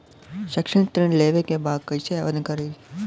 शैक्षिक ऋण लेवे के बा कईसे आवेदन करी?